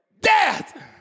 death